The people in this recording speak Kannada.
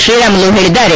ಶ್ರೀರಾಮುಲು ಹೇಳಿದ್ದಾರೆ